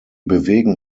bewegen